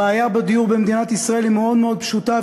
הבעיה בדיור במדינת ישראל היא מאוד מאוד פשוטה,